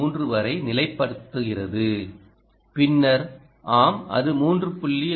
3 வரை நிலைப்படுத்துகிறது பின்னர் ஆம் அது 3